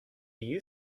you